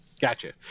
Gotcha